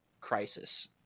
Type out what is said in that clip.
crisis